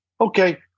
Okay